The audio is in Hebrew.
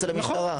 אצל המשטרה.